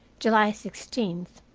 july sixteenth,